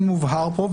כן מובהר פה,